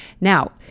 Now